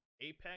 Apex